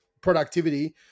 productivity